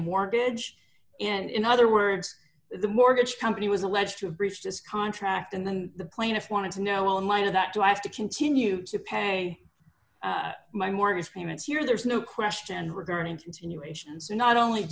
mortgage and in other words the mortgage company was alleged to have breached this contract and then the plaintiff wanted to know in light of that do i have to continue to pay my mortgage payments here there's no question regarding continuation and so not only